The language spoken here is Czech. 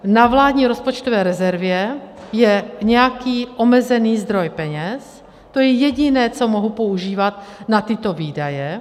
Na vládní rozpočtové rezervě je nějaký omezený zdroj peněz, to je jediné, co mohu používat na tyto výdaje.